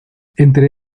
entre